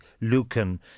Lucan